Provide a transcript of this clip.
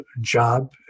job